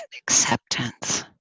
acceptance